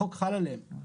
החוק חל עליהם,